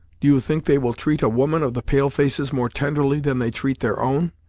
do you think they will treat a woman of the pale faces more tenderly than they treat their own?